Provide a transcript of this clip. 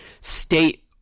state